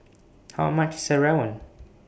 How much IS Rawon